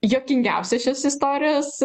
juokingiausia šios istorijos